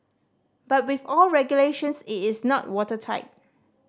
but with all regulations it is not watertight